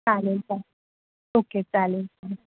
चालेल चालेल ओके चालेल चालेल